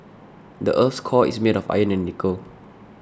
the earth's core is made of iron and nickel